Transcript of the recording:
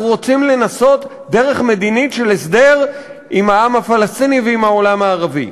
אנחנו רוצים לנסות דרך מדינית של הסדר עם העם הפלסטיני ועם העולם הערבי,